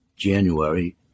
January